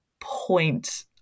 point